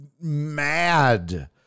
mad